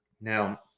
Now